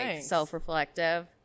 self-reflective